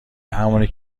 همونی